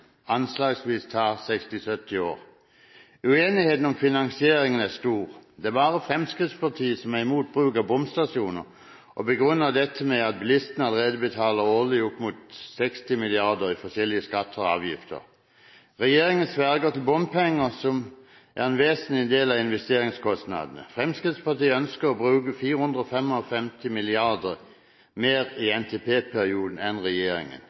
anslagsvis 60–70 år. Uenighet om finansieringen er stor. Det er bare Fremskrittspartiet som er mot bruk av bomstasjoner, og begrunner dette med at bilistene allerede betaler årlig opp mot 60 mrd. kr i forskjellige skatter og avgifter. Regjeringen sverger til bompenger som en vesentlig del av investeringskostnadene. Fremskrittspartiet ønsker å bruke 455 mrd. kr mer i NTP-perioden enn regjeringen.